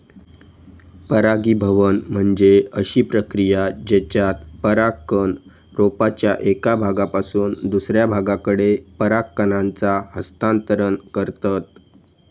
परागीभवन म्हणजे अशी प्रक्रिया जेच्यात परागकण रोपाच्या एका भागापासून दुसऱ्या भागाकडे पराग कणांचा हस्तांतरण करतत